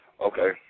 Okay